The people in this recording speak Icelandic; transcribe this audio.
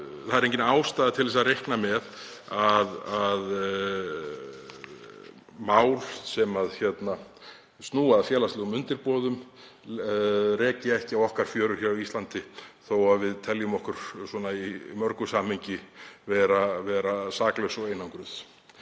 Það er engin ástæða til þess að reikna með að mál sem snúa að félagslegum undirboðum reki ekki á okkar fjörur á Íslandi þó að við teljum okkur í mörgu samhengi vera saklaus og einangruð.